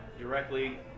directly